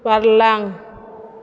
बारलां